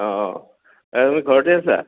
অঁ অঁ অ তুমি ঘৰতে আছা